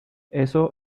eso